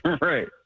Right